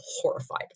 horrified